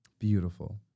Beautiful